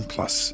Plus